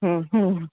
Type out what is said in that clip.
હં હં